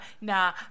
Nah